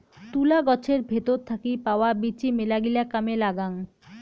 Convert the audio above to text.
তুলা গছের ভেতর থাকি পাওয়া বীচি মেলাগিলা কামে লাগাং